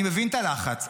אני מבין את הלחץ,